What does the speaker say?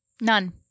None